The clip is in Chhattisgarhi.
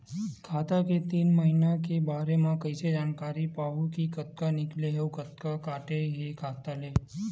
खाता के तीन महिना के बारे मा कइसे जानकारी पाहूं कि कतका निकले हे अउ कतका काटे हे खाता ले?